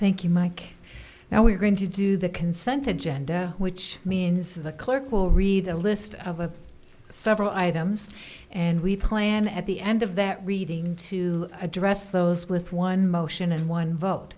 thank you mike now we're going to do the consented genda which means the clerk will read a list of of several items and we plan at the end of that reading to address those with one motion and one vote